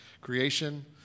Creation